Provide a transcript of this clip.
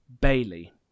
Bailey